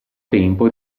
tempo